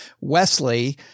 Wesley